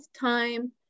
time